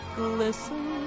glisten